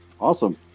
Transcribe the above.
awesome